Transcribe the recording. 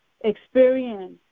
experience